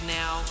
now